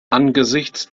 angesichts